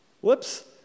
whoops